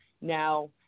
now